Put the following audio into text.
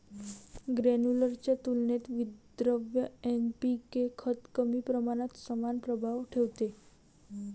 granular च्या तुलनेत विद्रव्य एन.पी.के खत कमी प्रमाणात समान प्रभाव ठेवते